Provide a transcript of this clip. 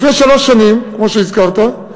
כמו שהזכרת,